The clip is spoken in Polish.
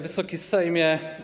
Wysoki Sejmie!